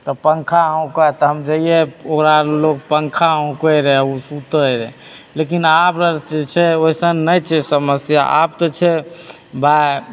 तऽ पङ्खा हौकऽ तऽ हम जैयै ओकरा लग पङ्खा हौँकै रहै आ ओ सुतैत रहै लेकिन आब से छै ओइसन नहि छै समस्या आब तऽ छै भाइ